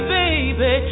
baby